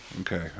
Okay